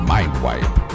Mindwipe